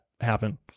happen